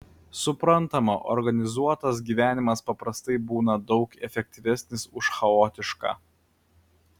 suprantama organizuotas gyvenimas paprastai būna daug efektyvesnis už chaotišką